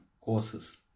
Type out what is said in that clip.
courses